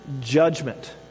judgment